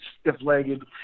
stiff-legged